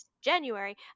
January